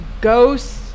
Ghosts